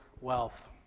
wealth